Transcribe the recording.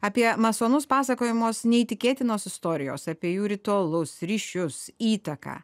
apie masonus pasakojamos neįtikėtinos istorijos apie jų ritualus ryšius įtaką